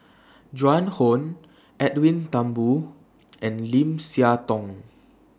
Joan Hon Edwin Thumboo and Lim Siah Tong